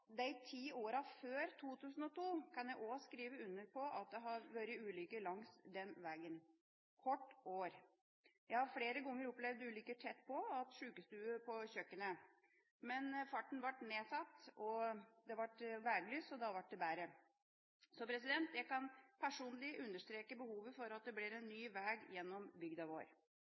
De ti årene før 2002 kan jeg også skrive under på at det var ulykker langs den veien hvert år. Jeg har flere ganger opplevd ulykker tett på og hatt sjukestue på kjøkkenet. Farten ble satt ned, det ble veilys, og da ble det bedre. Så jeg kan personlig understreke behovet for at det blir en ny vei gjennom bygda vår.